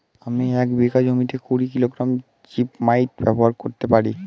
আমি এক বিঘা জমিতে কুড়ি কিলোগ্রাম জিপমাইট ব্যবহার করতে পারি?